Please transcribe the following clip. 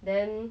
then